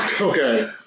Okay